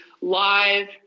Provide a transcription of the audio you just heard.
live